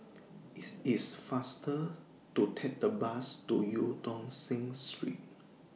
IT IS faster to Take The Bus to EU Tong Sen Street